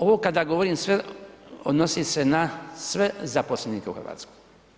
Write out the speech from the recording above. Ovo kada govorim sve odnosi se na sve zaposlenike u Hrvatskoj.